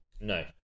No